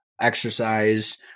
exercise